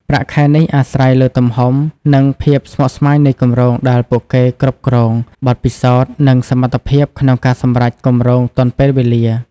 ប្រាក់ខែនេះអាស្រ័យលើទំហំ និងភាពស្មុគស្មាញនៃគម្រោងដែលពួកគេគ្រប់គ្រង បទពិសោធន៍ និងសមត្ថភាពក្នុងការសម្រេចគម្រោងទាន់ពេលវេលា។